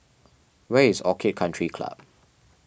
where is Orchid Country Club